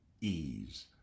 ease